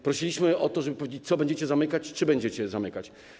Prosiliśmy o to, żeby powiedzieć, co będziecie zamykać, czy będziecie zamykać.